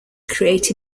create